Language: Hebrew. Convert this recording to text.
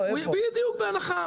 בדיוק, בהנחה.